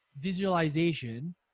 visualization